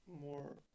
more